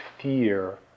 fear